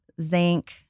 zinc